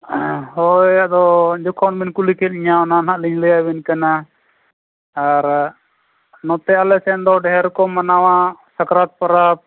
ᱦᱮᱸ ᱦᱳᱭ ᱟᱫᱚ ᱡᱚᱠᱷᱚᱱ ᱵᱮᱱ ᱠᱩᱞᱤ ᱠᱮᱫ ᱞᱤᱧᱟᱹ ᱚᱱᱟ ᱦᱟᱸᱜ ᱞᱤᱧ ᱞᱟᱹᱭᱟᱹᱵᱤᱱ ᱠᱟᱱᱟ ᱟᱨ ᱱᱚᱛᱮ ᱟᱞᱮᱥᱮᱱ ᱫᱚ ᱰᱷᱮᱨ ᱠᱚ ᱢᱟᱱᱟᱣᱟ ᱥᱟᱠᱨᱟᱛ ᱯᱚᱨᱚᱵᱽ